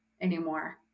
anymore